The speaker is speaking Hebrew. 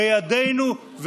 בידינו,